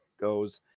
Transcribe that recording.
goes